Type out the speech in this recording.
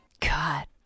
god